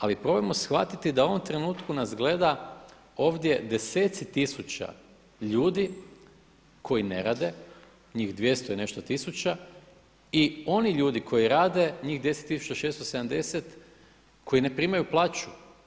Ali probajmo shvatiti da u ovom trenutku nas gleda ovdje desetci tisuća ljudi koji ne rade, njih 200 i nešto tisuća i oni ljudi koji rade njih 10670 koji ne primaju plaću.